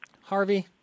Harvey